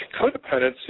Codependency